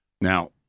Now